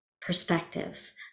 perspectives